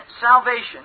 salvation